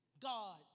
God